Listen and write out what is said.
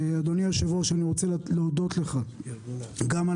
אדוני היושב-ראש, אני רוצה להודות לך גם על